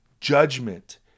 Judgment